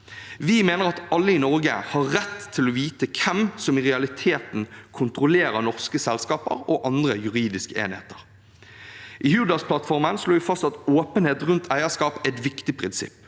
Vi mener at alle i Norge har rett til å vite hvem som i realiteten kontrollerer norske selskaper og andre juridiske enheter. I Hurdalsplattformen slår vi fast at åpenhet rundt eierskap er et viktig prinsipp,